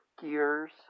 Gears